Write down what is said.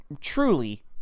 truly